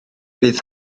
bydd